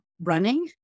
running